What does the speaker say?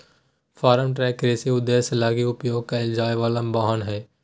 farm truck कृषि उद्देश्यों लगी उपयोग कईल जाय वला वाहन हइ